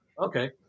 Okay